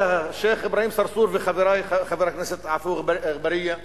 שיח' אברהים צרצור וחברי חבר הכנסת עפו אגבאריה,